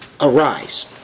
Arise